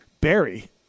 Barry